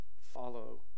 Follow